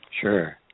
Sure